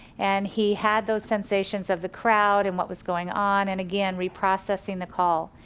and he had those sensations of the crowd and what was going on and again, reprocessing the call.